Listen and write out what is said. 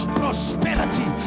prosperity